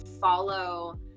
follow